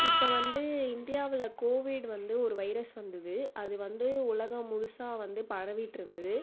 இப்போ வந்து இந்தியாவில் கோவிட் வந்து ஒரு வைரஸ் வந்துது அது வந்து உலகம் முழுசாக வந்து பரவிட்டு இருந்துது